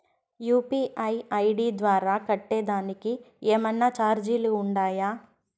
UPI ID ద్వారా కట్టేదానికి ఏమన్నా చార్జీలు ఉండాయా?